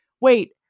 wait